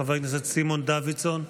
חבר הכנסת סימון דוידסון.